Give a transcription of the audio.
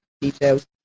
details